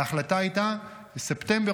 ההחלטה הייתה בספטמבר,